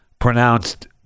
pronounced